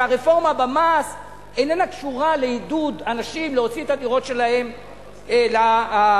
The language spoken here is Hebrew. והרפורמה במס איננה קשורה לעידוד אנשים להוציא את הדירות שלהם למגורים.